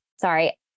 sorry